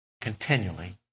continually